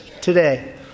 today